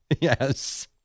Yes